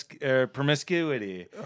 Promiscuity